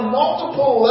multiple